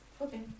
Okay